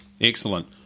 Excellent